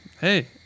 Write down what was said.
hey